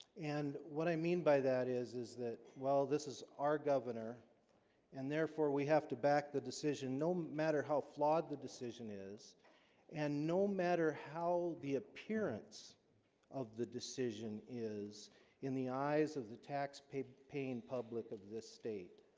and what i mean by that is is that well this is our governor and therefore we have to back the decision no um matter how flawed the decision is and no matter how the appearance of the decision is in the eyes of the taxpaying public of this state